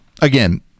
Again